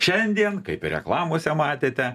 šiandien kaip ir reklamose matėte